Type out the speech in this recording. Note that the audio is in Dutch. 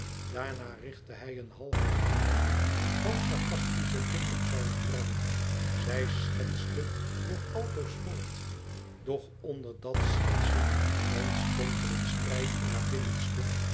daarna richtte hij een half wanhopigen half sarcastischen blik op zijne vrouw zij schetste nog altoos voort doch onder dat schetsen ontstond er een strijd in haar binnenste